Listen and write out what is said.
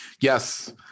yes